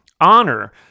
Honor